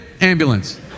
ambulance